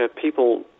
people